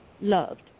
loved